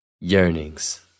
yearnings